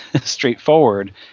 straightforward